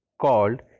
called